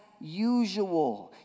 usual